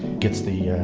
gets the yeah